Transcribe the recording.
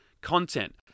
content